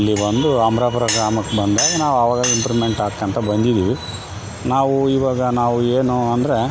ಇಲ್ಲಿ ಬಂದು ಅಮ್ರಪುರ ಗ್ರಾಮಕ್ಕೆ ಬಂದಾಗ ನಾವು ಆವಾಗ ಇಂಪ್ರೂವ್ಮೆಂಟ್ ಆಗ್ತೇ ಅಂತ ಬಂದಿದೀವಿ ನಾವು ಇವಾಗ ನಾವು ಏನು ಅಂದರೆ